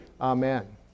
Amen